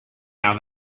how